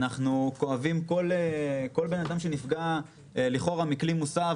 אנחנו כואבים כל אדם שנפגע לכאורה מכלי מוסב.